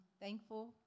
thankful